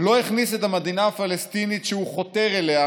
לא הכניס את המדינה הפלסטינית שהוא חותר אליה